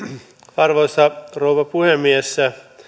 arvoisa rouva puhemies